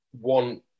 one